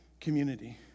community